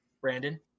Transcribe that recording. Brandon